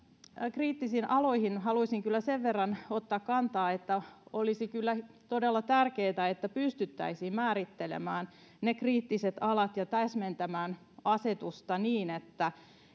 kriittisiin aloihin haluaisin kyllä sen verran ottaa kantaa että olisi kyllä todella tärkeätä että pystyttäisiin määrittelemään ne kriittiset alat ja täsmentämään asetusta niin että